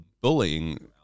bullying